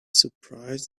surprised